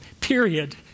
period